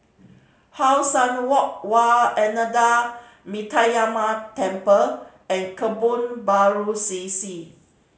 How Sun Walk Wat Ananda Metyarama Temple and Kebun Baru C C